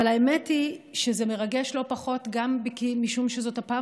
אבל האמת היא שזה מרגש לא פחות גם משום שזאת הפעם